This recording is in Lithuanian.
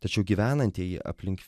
tačiau gyvenantieji aplink